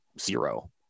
zero